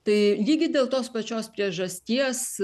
tai lygiai dėl tos pačios priežasties